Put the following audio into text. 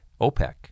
OPEC